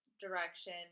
direction